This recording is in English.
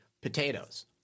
potatoes